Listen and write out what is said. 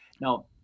Now